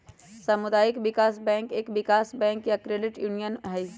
सामुदायिक विकास बैंक एक विकास बैंक या क्रेडिट यूनियन हई